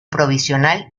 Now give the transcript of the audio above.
provisional